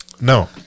No